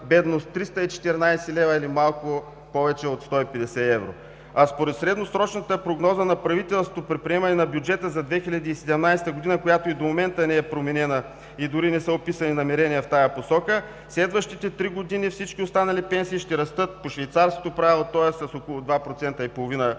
бедност – 314 лв. или малко повече от 150 евро. Според средносрочната прогноза на правителството при приемането на бюджета за 2017 г., която и до момента не е променена и дори не са описани намерения в тази посока, следващите три години всички останали пенсии ще растат по швейцарското правило, тоест с по около 2,5%